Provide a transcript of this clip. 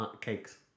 cakes